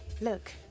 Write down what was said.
look